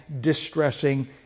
distressing